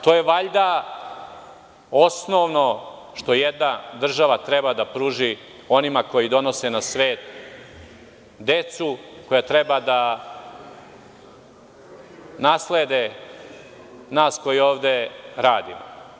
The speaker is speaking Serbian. To je valjda osnovno što jedna država treba da pruži onima koji donose na svet decu, koja treba da naslede nas koji ovde radimo.